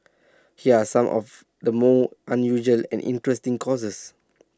here are some of the more unusual and interesting courses